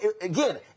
again